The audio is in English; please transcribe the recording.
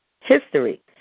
History